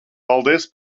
paldies